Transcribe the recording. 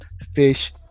fish